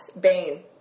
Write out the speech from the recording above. Bane